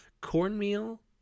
cornmeal